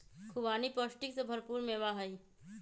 खुबानी पौष्टिक से भरपूर मेवा हई